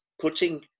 putting